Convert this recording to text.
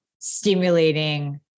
stimulating